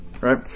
Right